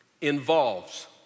involves